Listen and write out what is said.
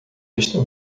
vista